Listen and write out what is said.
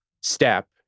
step